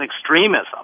extremism